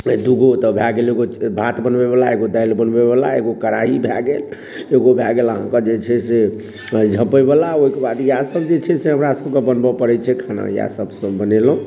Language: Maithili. दुगो तऽ भऽ गेल एगो भात बनबै बला एगो दालि बनबै बला एगो कड़ाही भऽ गेल एगो भऽ गेल अहाँक जे छै से दालि झँपै बला ओहिके बाद इएह सभ जे छै से हमरा सभके बनबऽ पड़ै छै खाना या इएह सभ सभ बनेलहुॅं